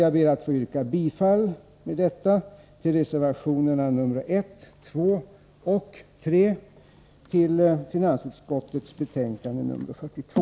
Jag ber att med detta få yrka bifall till reservationerna 1, 2 och 3 till finansutskottets betänkande 42.